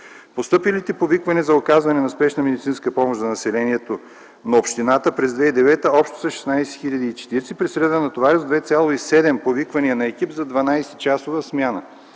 Постъпилите повиквания за оказване на спешна медицинска помощ за населението на общината през 2009 г. общо са 16 040 при средна натовареност 2,7 повиквания на екип за 12-часова смяна.